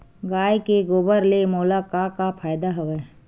गाय के गोबर ले मोला का का फ़ायदा हवय?